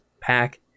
pack